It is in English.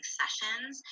sessions